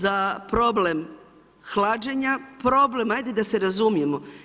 Za problem hlađenja, problem, ajde da se razumijemo.